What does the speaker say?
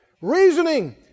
reasoning